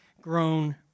grown